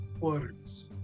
words